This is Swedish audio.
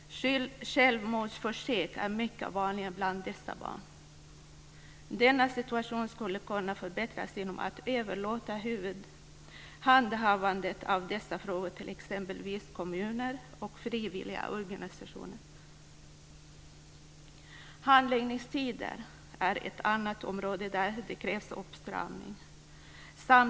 Självmordsförsök är mycket vanliga bland dessa barn. Deras belägenhet skulle kunna förbättras genom att man överlåter handhavandet av dessa frågor till exempelvis kommuner och frivilliga organisationer. Handläggningstider är ett annat område där det krävs en uppstramning.